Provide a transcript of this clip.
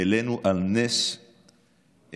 העלינו על נס את